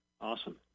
awesome